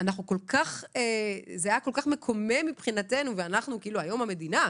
היה כל כך מקומם ואנחנו היום המדינה,